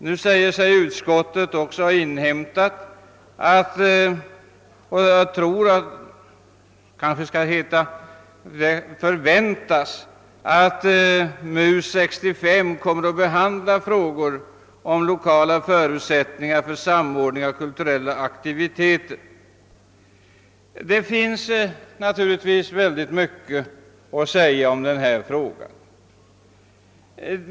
Nu säger sig också utskottet förvänta att 1965 års museioch utställningssakkunniga kommer att behandla frågor om lokala förutsättningar för samordning av kulturella aktiviteter. Naturligtvis kan väldigt mycket sägas i denna fråga.